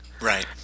Right